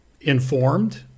informed